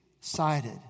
sided